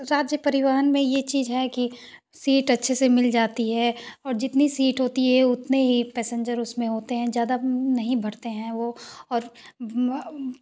राज्य परिवहन में ये चीज है की सीट अच्छे से मिल जाती है और जितनी सीट होती है उतने हीं पसेंजर उसमें होते हैं ज़्यादा नहीं भरते हैं वो और